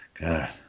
God